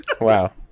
wow